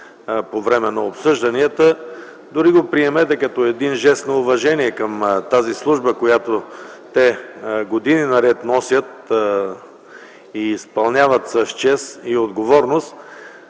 по време на обсъжданията. Дори го приемете като жест на уважение към тази служба, която те години наред носят и изпълняват с чест и отговорност.